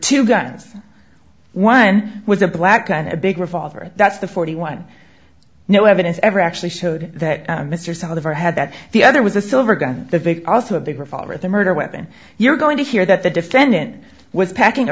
two guns one was a black and a big revolver that's the forty one no evidence ever actually showed that mr some other had that the other was a silver gun the big also of the revolver the murder weapon you're going to hear that the defendant was packing